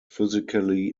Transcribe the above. physically